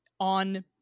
On